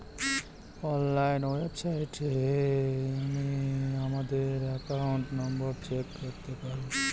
online ওয়েবসাইটে আমি আমাদের একাউন্ট নম্বর চেক করতে পারবো